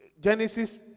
Genesis